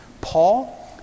Paul